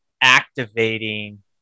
activating